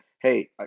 hey